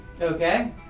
Okay